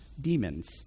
demons